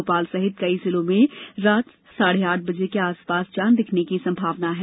भोपाल सहित कई जिलों में रात साढ़े आठ बजे के आस पास चांद दिखने की संभावना है